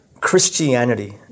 Christianity